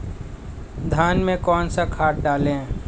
धान में कौन सा खाद डालें?